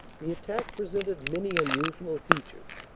the attack presented many unusual features.